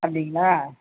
அப்படிங்களா